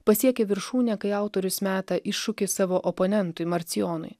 pasiekia viršūnę kai autorius meta iššūkį savo oponentui marcijonui